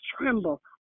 tremble